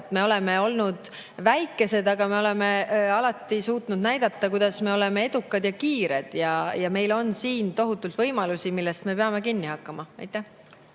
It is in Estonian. Me oleme väikesed, aga me oleme alati suutnud näidata, et me oleme edukad ja kiired. Meil on siin tohutult võimalusi, millest me peame kinni hakkama. Aitäh!